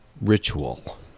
ritual